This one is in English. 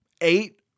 Eight